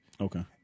Okay